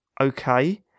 Okay